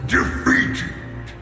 Defeated